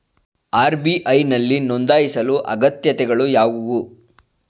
RBI ನಲ್ಲಿ ನೊಂದಾಯಿಸಲು ಅಗತ್ಯತೆಗಳು ಯಾವುವು?